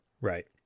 Right